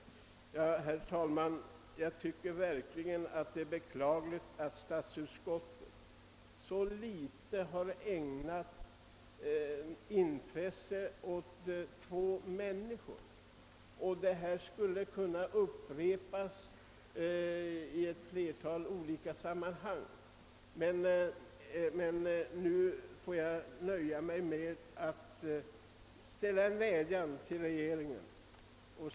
Jag finner det verkligen beklagligt att statsutskottet ägnat så litet intresse åt två människor. Exemplen skulle kunna mångfaldigas, men jag får nöja mig med att rikta en vädjan till regeringen.